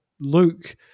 Luke